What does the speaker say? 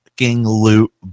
loot